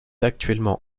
actuellement